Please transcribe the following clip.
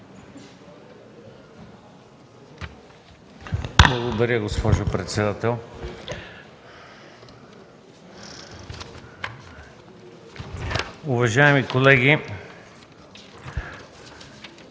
Благодаря Ви, госпожо председател. Уважаеми колеги,